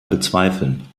bezweifeln